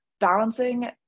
balancing